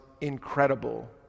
incredible